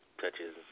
touches